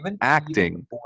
acting